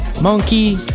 Monkey